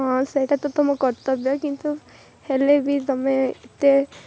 ହଁ ସେଇଟା ତ ତମ କର୍ତ୍ତବ୍ୟ କିନ୍ତୁ ହେଲେ ବି ତମେ ଏତେ